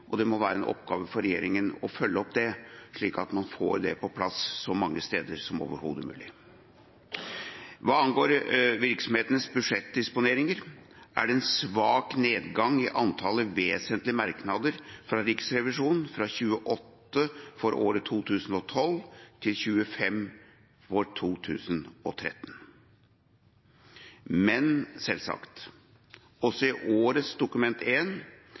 og det må være en oppgave for regjeringa å følge opp det, slik at man får det på plass så mange steder som overhodet mulig. Hva angår virksomhetens budsjettdisponeringer, er det en svak nedgang i antallet vesentlige merknader fra Riksrevisjonen – fra 28 for året 2012 til 25 for 2013. Men – selvsagt – også i årets Dokument